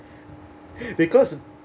because